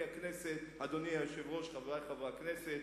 אדוני היושב-ראש,